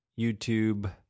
YouTube